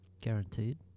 Guaranteed